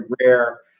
rare